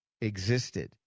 existed